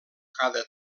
cada